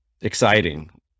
exciting